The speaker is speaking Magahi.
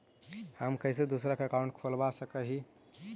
हम कैसे दूसरा का अकाउंट खोलबा सकी ही?